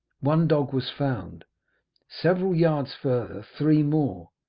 one dog was found several yards further three more,